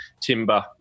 timber